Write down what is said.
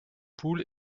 poule